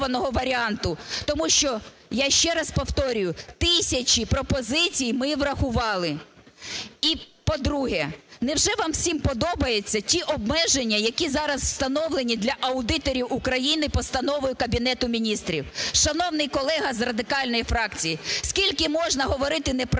тому що, я ще раз повторюю, тисячі пропозицій ми врахували. І, по-друге. Невже вам всім подобаються ті обмеження, які зараз встановлені для аудиторів України постановою Кабінету Міністрів? Шановний колега з Радикальної фракції, скільки можна говорити неправду?